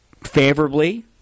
favorably